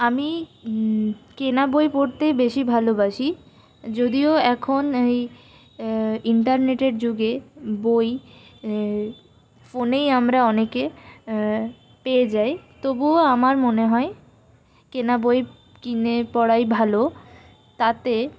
আমি কেনা বই পড়তেই বেশি ভালোবাসি যদিও এখন এই ইন্টারনেটের যুগে বই ফোনেই আমরা অনেকে পেয়ে যাই তবুও আমার মনে হয় কেনা বই কিনে পড়াই ভালো তাতে